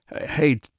Hey